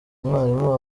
umwarimu